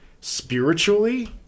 spiritually